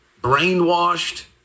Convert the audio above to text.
Brainwashed